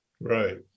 Right